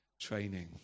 training